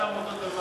גם שם אותו הדבר.